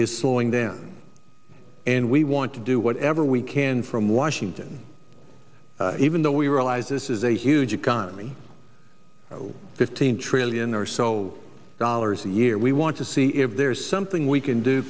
is slowing down and we want to do whatever we can from washington even though we realize this is a huge economy fifteen trillion or so dollars a year we want to see if there is something we can do